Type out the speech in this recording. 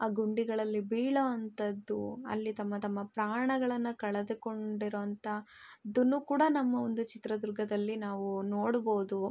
ಆ ಗುಂಡಿಗಳಲ್ಲಿ ಬೀಳೋ ಅಂಥದ್ದು ಅಲ್ಲಿ ತಮ್ಮ ತಮ್ಮ ಪ್ರಾಣಗಳನ್ನು ಕಳೆದುಕೊಂಡಿರೋ ಅಂಥ ಅದನ್ನು ಕೂಡ ನಮ್ಮ ಒಂದು ಚಿತ್ರದುರ್ಗದಲ್ಲಿ ನಾವು ನೋಡ್ಬೋದು